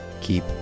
keep